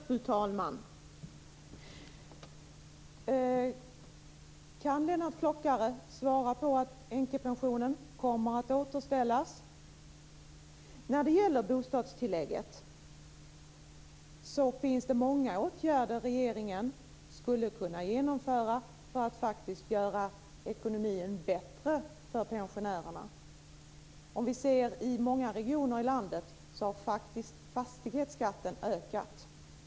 Fru talman! Kan Lennart Klockare svara på om änkepensionen kommer att återställas? När det gäller bostadstillägget finns det många åtgärder som regeringen skulle kunna genomföra för att faktiskt göra ekonomin bättre för pensionärerna. Om vi ser hur det är i många regioner i landet så har faktiskt fastighetsskatten ökat.